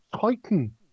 titan